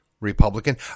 Republican